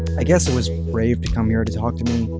i guess it was brave to come here to talk to me,